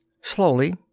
Slowly